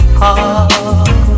heart